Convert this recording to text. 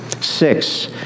Six